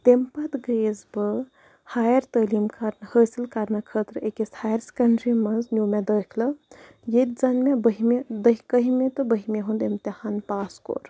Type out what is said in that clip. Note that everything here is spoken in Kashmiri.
تَمہِ پَتہٕ گٔیَس بہٕ ہایَر تعلیٖم کرنہٕ حٲصٕل کَرنہٕ خٲطرٕ أکِس ہایَر سیکنٛڈری منٛز نِیٛوٗ مےٚ دٲخلہٕ ییٚتِہِ زَن مےٚ بہمہِ دَہمہِ کٔہمہِ تہٕ باہمہِ ہُنٛد اِمتِھان پاس کوٚر